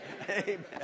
Amen